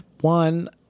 one